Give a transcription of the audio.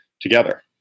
together